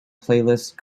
playlist